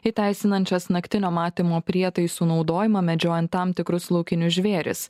įteisinančias naktinio matymo prietaisų naudojimą medžiojant tam tikrus laukinius žvėris